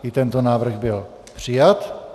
I tento návrh byl přijat.